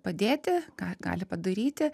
padėti ką gali padaryti